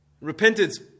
repentance